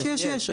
יש.